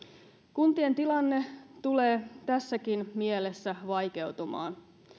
kuntien tilanne tulee tässäkin mielessä vaikeutumaan